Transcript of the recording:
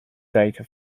data